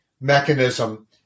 mechanism